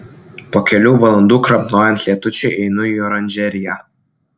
po kelių valandų krapnojant lietučiui einu į oranžeriją